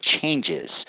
changes